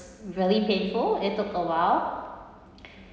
really painful it took awhile